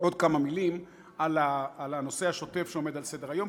עוד כמה מילים על הנושא השוטף שעומד על סדר-היום,